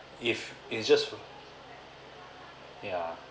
if it's just ya